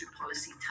policy